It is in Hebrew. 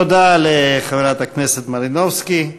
תודה לחברת הכנסת מלינובסקי.